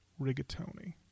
Rigatoni